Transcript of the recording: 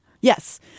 Yes